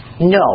No